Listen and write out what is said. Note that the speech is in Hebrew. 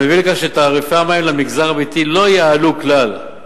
המביא לכך שתעריפי המים למגזר הביתי לא יעלו כלל.